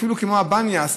אפילו הבניאס,